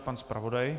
Pan zpravodaj.